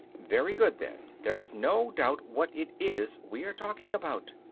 very good then, there is no doubt what it is we are talking about.